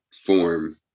form